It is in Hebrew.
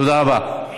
תודה רבה.